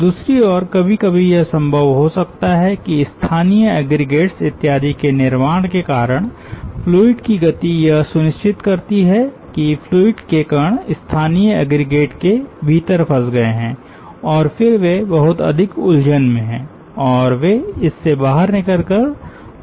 दूसरी ओर कभी कभी यह संभव हो सकता है कि स्थानीय एग्रीगेट्स इत्यादि के निर्माण के कारण फ्लूइड की गति यह सुनिश्चित करती है कि फ्लूइड के कण स्थानीय एग्रीगेट्स के भीतर फंस गए हैं और फिर वे बहुत अधिक उलझन में हैं और वे इससे बाहर निकलकर फ्लो नहीं कर सकते हैं